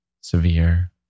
severe